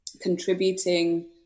contributing